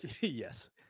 Yes